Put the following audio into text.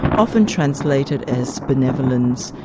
often translated as benevolence,